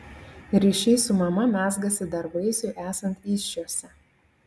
ryšys su mama mezgasi dar vaisiui esant įsčiose